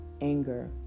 anger